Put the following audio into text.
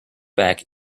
back